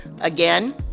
again